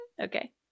Okay